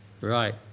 Right